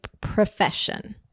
profession